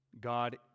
God